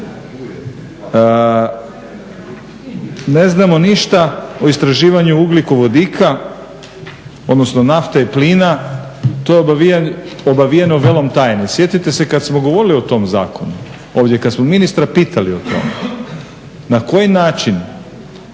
Ne znamo ništa o istraživanju ugljikovodika, odnosno nate i plina, to je obavijeno velom tajne. Sjetite se kada smo govorili o tom zakonu, ovdje, kada smo ministra pitali o tome na koji način